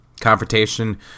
Confrontation